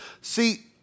See